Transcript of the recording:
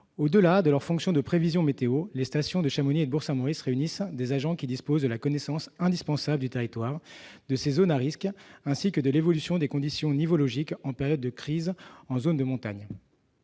au-delà de leur fonction de prévision météorologique, les stations de Chamonix et Bourg-Saint-Maurice réunissent des agents qui disposent de la connaissance indispensable du territoire et de ses zones à risque, ainsi que de l'évolution des conditions nivologiques en période de crise en zone de montage.